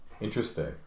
Interesting